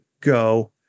go